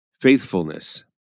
Faithfulness